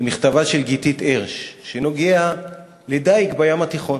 מכתבה של גיתית הרש, שנוגע לדיג בים התיכון: